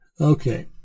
Okay